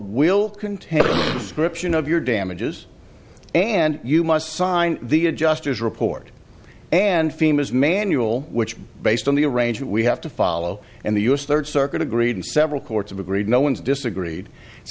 will contain the scription of your damages and you must sign the adjusters report and famous manual which based on the arrangement we have to follow and the us third circuit agreed and several courts of agreed no one's disagreed it's